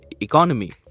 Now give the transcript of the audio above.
economy